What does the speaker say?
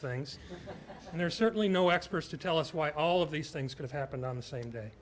things and there's certainly no experts to tell us why all of these things could have happened on the same day